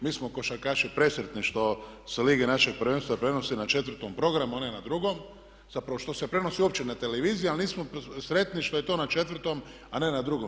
Mi smo košarkaši presretni što se lige našeg prvenstva prenose na četvrtom programu, a ne na drugom, zapravo što se prenosi uopće na televiziji ali nismo sretni što je to na četvrtom, a ne na drugom.